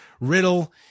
Riddle